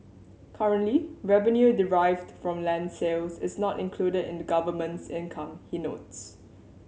currently revenue derived from land sales is not included in the government's income he notes